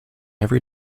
every